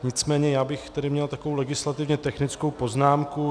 Nicméně já bych tedy měl takovou legislativně technickou poznámku.